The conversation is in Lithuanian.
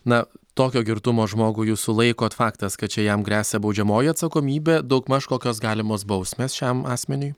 na tokio girtumo žmogų jūs sulaikot faktas kad čia jam gresia baudžiamoji atsakomybė daugmaž kokios galimos bausmės šiam asmeniui